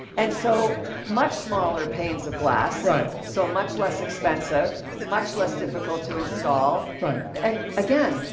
and so much smaller panes of glass. right. so much less expensive. much less difficult to install. right. and again,